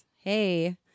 Hey